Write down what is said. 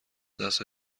دست